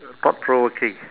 thought provoking